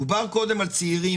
דובר קודם על צעירים,